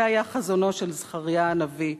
זה היה חזונו של זכריה הנביא: